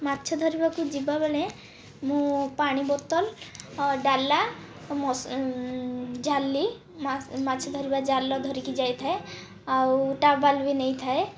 ମାଛ ଧରିବାକୁ ଯିବାବେଳେ ମୁଁ ପାଣି ବୋତଲ ଆଉ ଡାଲା ଜାଲି ମାଛ ଧରିବା ଜାଲ ଧରିକି ଯାଇଥାଏ ଆଉ ଟାୱେଲ ବି ନେଇଥାଏ